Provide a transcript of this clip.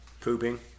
Pooping